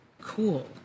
cool